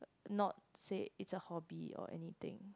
not say it's a hobby or anything